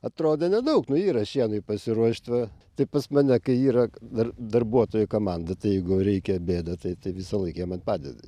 atrodė nedaug nu yra šienui pasiruošt va tai pas mane kai yra dar darbuotojų komanda tai jeigu reikia bėda tai tai visąlaik jie man padeda